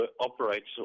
operates